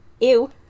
Ew